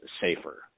safer